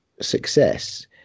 success